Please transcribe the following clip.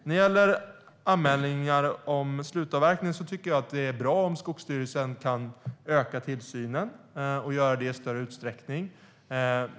När det gäller anmälningar om slutavverkning tycker jag att det är bra om Skogsstyrelsen kan öka tillsynen och göra det i större utsträckning.